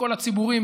מכל הציבורים,